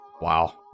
Wow